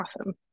awesome